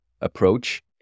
approach